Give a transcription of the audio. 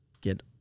get